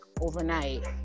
overnight